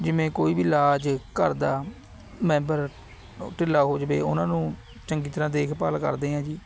ਜਿਵੇਂ ਕੋਈ ਵੀ ਇਲਾਜ ਘਰ ਦਾ ਮੈਂਬਰ ਢਿੱਲਾ ਹੋ ਜਾਵੇ ਉਹਨਾਂ ਨੂੰ ਚੰਗੀ ਤਰ੍ਹਾਂ ਦੇਖਭਾਲ ਕਰਦੇ ਆਂ ਜੀ